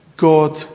God